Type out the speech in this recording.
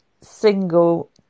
single